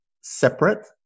separate